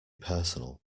personal